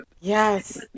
Yes